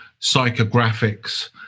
psychographics